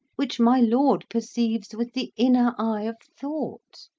which my lord perceives with the inner eye of thought.